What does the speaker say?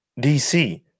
DC